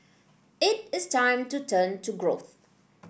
it is time to turn to growth